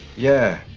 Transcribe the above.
yeah.